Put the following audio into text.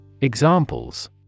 Examples